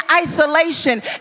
isolation